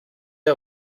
pas